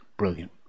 brilliant